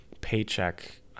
paycheck